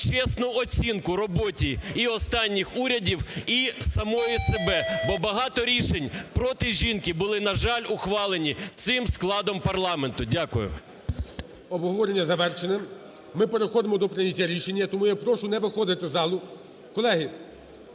чесну оцінку роботі і останніх урядів, і самої себе, бо багато рішень проти жінки були, на жаль, ухвалені цим складом парламенту. Дякую. ГОЛОВУЮЧИЙ. Обговорення завершене. Ми переходимо до прийняття рішень, тому я прошу не виходити з залу. Колеги,